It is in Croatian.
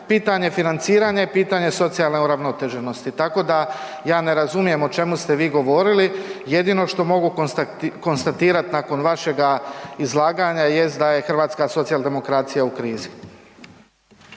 pitanje financiranja, pitanje socijalne uravnoteženosti, tako da ja ne razumijem o čemu ste vi govorili. Jedino što mogu konstatirati nakon vašeg izlaganja jest da je hrvatska socijaldemokracija u krizi.